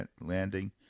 landing